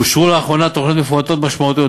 אושרו לאחרונה תוכניות מפורטות משמעותיות: